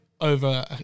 over